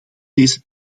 deze